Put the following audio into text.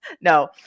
No